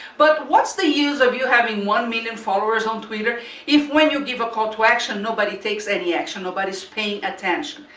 but what s the use of you having one million followers on twitter if when you give a call to action, nobody takes any action, nobody s paying attention?